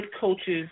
coaches